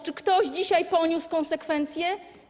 Czy ktoś dzisiaj poniósł konsekwencje?